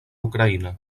ucraïna